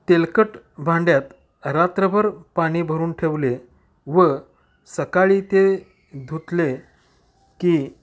तेलकट भांड्यात रात्रभर पाणी भरून ठेवले व सकाळी ते धुतले की